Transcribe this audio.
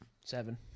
Seven